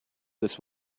this